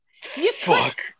Fuck